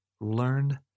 learn